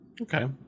Okay